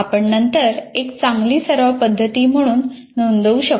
आपण नंतर एक चांगली सराव पद्धती म्हणून नोंदवू शकतो